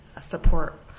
support